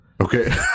okay